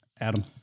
Adam